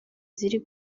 ziri